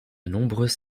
nombreuses